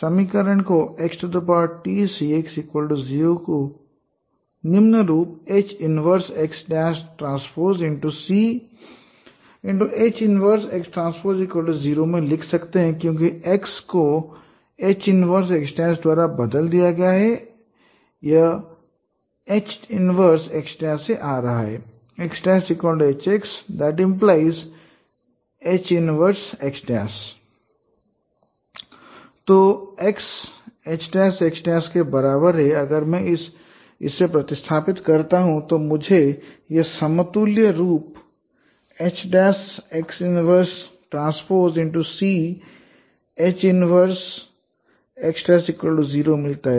तो हम इस समीकरण को XTCX 0को निम्न रूप H 1X' T CH 1X' 0 में लिख सकते हैं क्योंकि X को H 1X' द्वारा बदल दिया गया है यह H 1X' से आ रहा है X'HX ⇒ H 1X' तो X H 1X' के बराबर है अगर मैं इसे प्रतिस्थापित करता हूं तो मुझे यह समतुल्य रूप H 1X' T CH 1X' 0 मिलता है